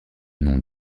nom